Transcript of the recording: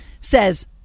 says